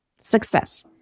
Success